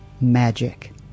magic